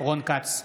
רון כץ,